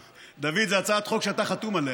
דוד, זאת הצעת חוק שאתה חתום עליה.